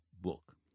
book